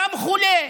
גם חולה.